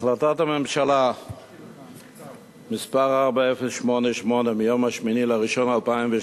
החלטת הממשלה מס' 4088 מיום 8 בינואר 2012